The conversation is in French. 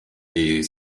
est